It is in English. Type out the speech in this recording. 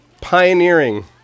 pioneering